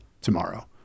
tomorrow